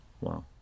Wow